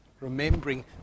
Remembering